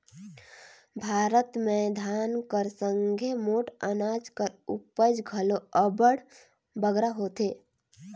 भारत में धान कर संघे मोट अनाज कर उपज घलो अब्बड़ बगरा होथे